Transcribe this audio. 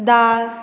दाळ